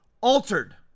altered